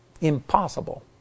impossible